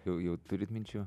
jau jau turit minčių